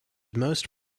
most